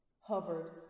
hovered